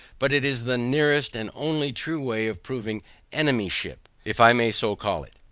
but it is the nearest and only true way of proving enemyship, if i may so call it.